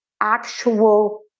actual